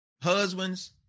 Husbands